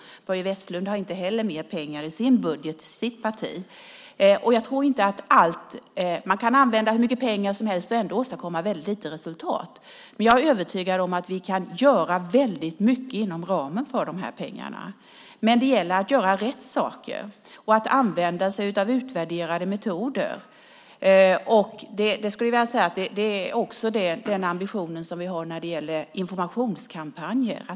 Börje Vestlund har inte heller mer pengar i sitt partis budget. Det är också så att man kan använda hur mycket pengar som helst och ändå åstadkomma väldigt litet. Jag är övertygad om att vi kan göra väldigt mycket inom ramen för dessa pengar. Men det gäller att göra rätt saker och att använda sig av utvärderade metoder. Det är också den ambition vi har när det gäller informationskampanjer.